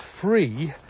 free